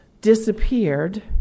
disappeared